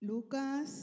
Lucas